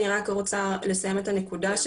אני רק רוצה לסיים את הנקודה.